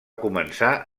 començar